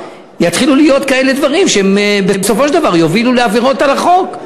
יתחילו להיות כאלה דברים שהם בסופו של דבר יובילו לעבירות על החוק.